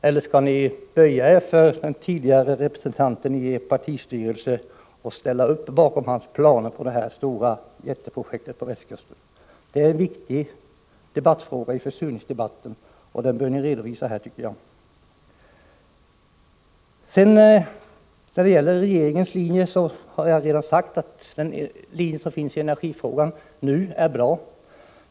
Böjer ni er för den tidigare ledamoten av er partistyrelse och ställer upp bakom hans planer på detta jätteprojekt på västkusten? Det är en viktig fråga i försurningsdebatten, och därför bör ni redovisa er inställning. Jag har redan sagt att regeringens nuvarande linje i energifrågan är bra.